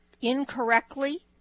incorrectly